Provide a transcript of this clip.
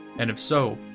and, if so,